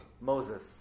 Moses